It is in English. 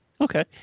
Okay